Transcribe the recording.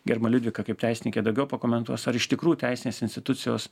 gerbiama liudvika kaip teisininkė daugiau pakomentuos ar iš tikrųjų teisinės institucijos